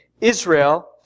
Israel